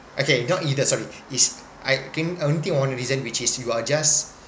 okay not either sorry it's I think only think of one reason which is you are just